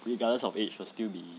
regardless of age will still be